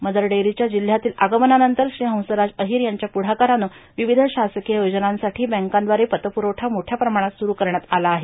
mother डेअरीच्या जिल्ह्यातील आगमनानंतर श्री हंसराज अहीर यांच्या पुढाकारानं विविध शासकीय योजनासाठी बँकांद्वारे पतपुरवठा मोठ्या प्रमाणात सुरू करण्यात आला आहे